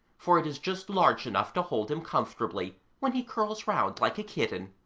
for it is just large enough to hold him comfortably when he curls round like a kitten.